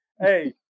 Hey